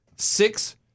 Six